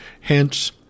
Hence